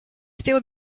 still